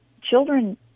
children